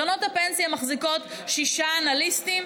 קרנות הפנסיה מחזיקות שישה אנליסטים,